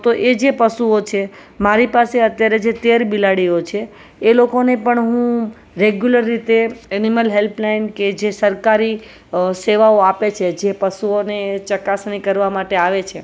તો એ જે પશુઓ છે મારી પાસે અત્યારે જે તેર બિલાડીઓ છે એ લોકોને પણ હું રેગ્યુલર રીતે એનિમલ હેલ્પલાઇન કે જે સરકારી સેવાઓ આપે છે જે પશુઓને ચકાસણી કરવા માટે આવે છે